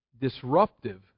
disruptive